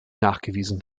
nachgewiesen